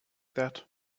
that